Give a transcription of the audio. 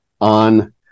on